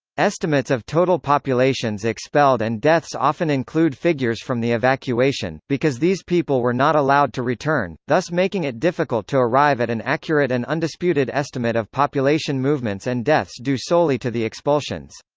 estimates of total populations expelled and deaths often include figures from the evacuation, because these people were not allowed to return, thus making it difficult to arrive at an accurate and undisputed estimate of population movements and deaths due solely to the expulsions.